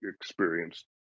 experienced